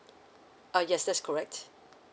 uh yes that's correct